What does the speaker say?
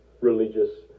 religious